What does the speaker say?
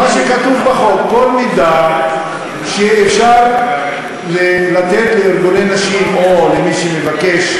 מה שכתוב בחוק: כל מידע שאפשר לתת לארגוני נשים או למי שמבקש,